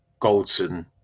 Goldson